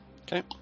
Okay